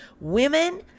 women